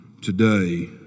today